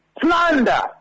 slander